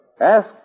Ask